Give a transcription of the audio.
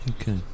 Okay